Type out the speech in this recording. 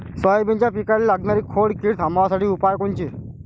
सोयाबीनच्या पिकाले लागनारी खोड किड थांबवासाठी उपाय कोनचे?